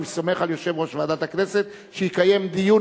אני סומך על יושב-ראש ועדת הכנסת שיקיים דיון